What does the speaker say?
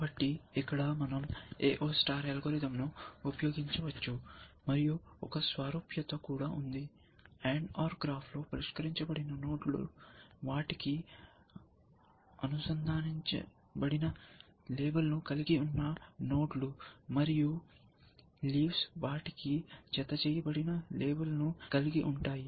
కాబట్టి ఇక్కడ మనం AO అల్గోరిథంను ఉపయోగించవచ్చు మరియు ఒక సారూప్యత కూడా ఉంది AND OR గ్రాఫ్లో పరిష్కరించబడిన నోడ్లు వాటికి అనుసంధానించబడిన లేబుల్ను కలిగి ఉన్న నోడ్లు మరియు లీవ్స్ వాటికి జతచేయబడిన లేబుల్ను కలిగి ఉంటాయి